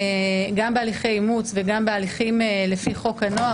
גם בהליכי אימוץ וגם בהליכים לפי חוק הנוער.